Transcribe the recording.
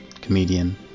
comedian